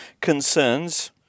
concerns